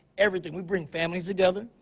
everything. we bring families together.